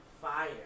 fire